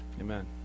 Amen